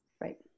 Right